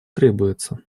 требуется